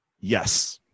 Yes